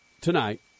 tonight